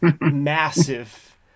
massive